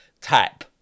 tap